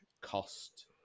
cost